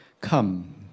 Come